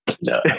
no